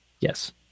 Yes